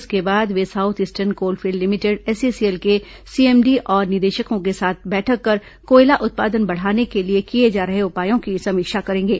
इसके बाद वे south eastern coal field limited SECL के सीएमडी और निदेशकों के साथ बैठक कर कोयला उत्पादन बढ़ाने के लिए किए जा रहे उपायों की समीक्षा करेंगे